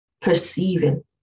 perceiving